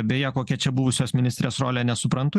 beje kokia čia buvusios ministrės rolė nesuprantu